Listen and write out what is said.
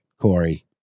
Corey